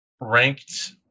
ranked